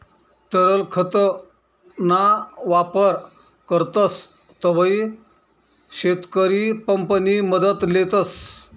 तरल खत ना वापर करतस तव्हय शेतकरी पंप नि मदत लेतस